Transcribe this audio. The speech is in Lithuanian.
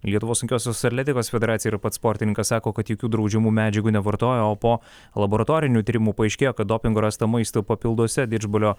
lietuvos sunkiosios atletikos federacija ir pats sportininkas sako kad jokių draudžiamų medžiagų nevartojo o po laboratorinių tyrimų paaiškėjo kad dopingo rasta maisto papilduose didžbalio